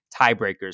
tiebreakers